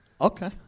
Okay